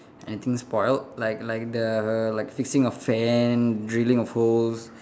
anything spoilt like like the like fixing a fan drilling of holes